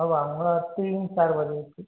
अब आऊँगा तीन चार बजे